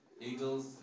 eagles